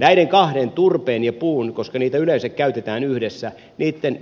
näiden kahden turpeen ja puun koska niitä yleensä käytetään yhdessä niitten